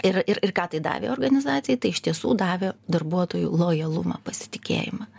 ir ir ką tai davė organizacijai tai iš tiesų davė darbuotojų lojalumą pasitikėjimą